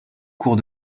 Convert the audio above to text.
cours